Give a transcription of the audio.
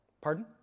Pardon